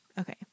Okay